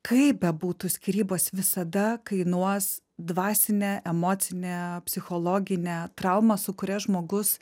kaip bebūtų skyrybos visada kainuos dvasinę emocinę psichologinę traumą su kuria žmogus